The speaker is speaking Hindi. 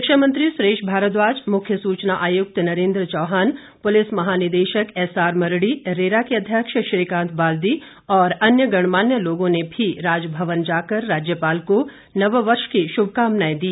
शिक्षामंत्री सुरेश भारद्वाज मुख्य सूचना आयुक्त नरेन्द्र चौहान पुलिस महानिदेशक एसआर मरड़ी रेरा के अध्यक्ष श्रीकांत बाल्दी और अन्य गणमान्य लोगों ने भी राजभवन जाकर राज्यपाल को नववर्ष की शुभकामनाए दी